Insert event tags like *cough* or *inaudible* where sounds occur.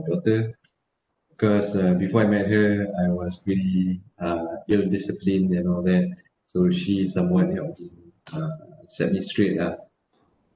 daughter cause uh before I met here I was really uh ill-disciplined and all that so she is someone *noise* uh set me straight up